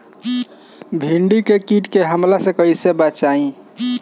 भींडी के कीट के हमला से कइसे बचाई?